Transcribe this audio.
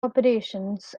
operations